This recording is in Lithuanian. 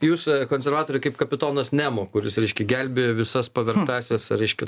jūs konservatoriai kaip kapitonas nemo kuris reiškia gelbėjo visas pavergtąsias reiškia